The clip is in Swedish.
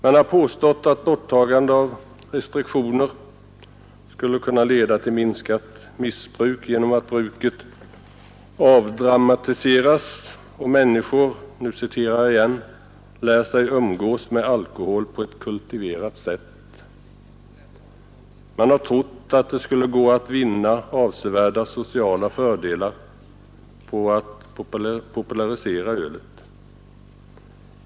Man har påstått att borttagandet av restriktioner skulle kunna leda till ett minskat missbruk genom att bruket avdramatiseras och människor ”lär sig umgås med alkohol på ett kultiverat sätt”. Man har trott att det skulle gå att vinna avsevärda sociala fördelar på att popularisera ölet.